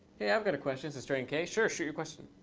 hey, i've got a question, says turing k. sure, shoot your question.